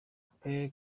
akarere